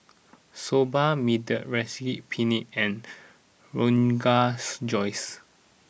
Soba Mediterranean Penne and Rogan Josh